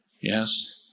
yes